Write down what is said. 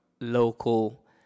local